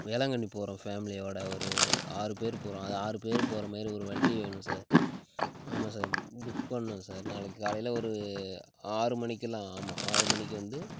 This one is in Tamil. வேளாங்கண்ணி போகிறோம் ஃபேமிலியோட ஒரு ஆறு பேர் போகிறோம் அத ஆறு பேர் போகிறமேரி ஒரு வண்டி வேணும் சார் ஆமாம் சார் புக் பண்ணும் சார் நாளைக்கு காலையில ஒரு ஆறு மணிக்கெல்லாம் ஆமாம் ஆறு மணிக்கு வந்து